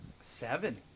Seven